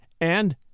And